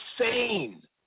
insane